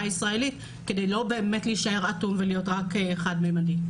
הישראלית כדי לא באמת להישאר אטום ולהיות רק חד-ממדי.